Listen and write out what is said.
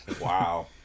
Wow